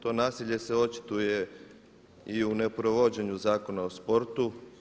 To nasilje se očituje i u neprovođenju Zakona o sportu.